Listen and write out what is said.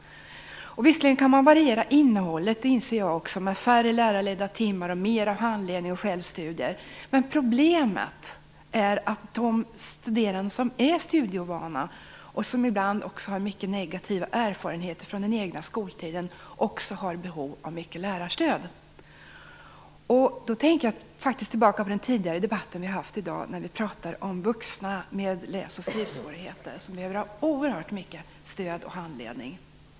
Visserligen kan man variera innehållet - det inser jag också - med färre lärarledda timmar och mer av handledning och självstudier. Men problemet är att de studerande som är studieovana, och som ibland också har mycket negativa erfarenheter från den egna skoltiden, också har behov av mycket lärarstöd. Jag tänker då tillbaka på den tidigare debatten här i dag, då vi pratade om vuxna med läs och skrivsvårigheter som behöver oerhört mycket stöd och handledning.